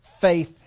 Faith